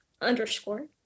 underscore